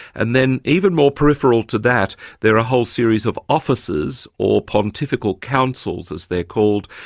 and then even more peripheral to that there are a whole series of officers, or pontifical councils, as they're called,